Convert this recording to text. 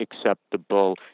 acceptable